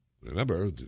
Remember